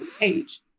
age